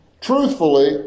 Truthfully